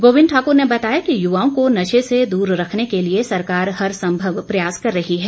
गोबिंद ठाकुर ने बताया कि युवाओं को नशे से दूर रखने के लिए सरकार हरसंभव प्रयास कर रही है